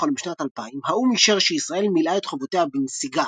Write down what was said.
הביטחון בשנת 2000 האו"ם אישר שישראל מילאה את חובותיה בנסיגה